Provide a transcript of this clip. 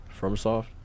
FromSoft